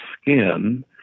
skin